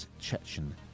Chechen